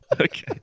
Okay